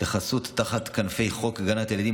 תחת כנפי חוק הגנת ילדים,